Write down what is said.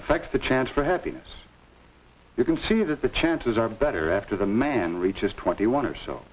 affects the chance for happiness you can see that the chances are better after the man reaches twenty one or so